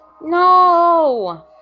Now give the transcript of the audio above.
No